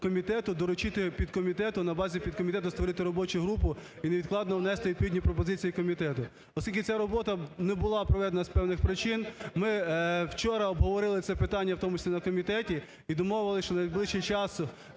комітету доручити підкомітету на базі підкомітету створити робочу групу і невідкладно внести відповідні пропозиції комітету. Оскільки ця робота не була проведена з певних причин, ми вчора обговорили це питання, в тому числі і на комітеті, і домовились, що в найближчий час